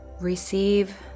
receive